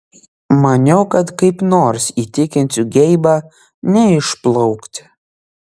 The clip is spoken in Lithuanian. maniau kad kaip nors įtikinsiu geibą neišplaukti